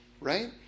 right